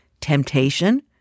temptation